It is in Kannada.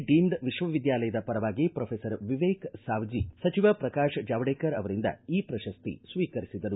ಡಿಮ್ಡ್ ವಿಶ್ವವಿದ್ಯಾಲಯದ ಪರವಾಗಿ ಪ್ರೊಫೆಸರ್ ವಿವೇಕ ಸಾಮಜಿ ಸಚಿವ ಪ್ರಕಾಶ ಜಾವಡೆಕರ ಅವರಿಂದ ಈ ಪ್ರಶಸ್ತಿ ಸ್ವೀಕರಿಸಿದರು